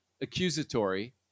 accusatory